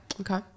Okay